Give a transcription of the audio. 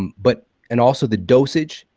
and but and also, the dosage,